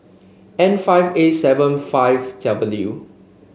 N five A seven five W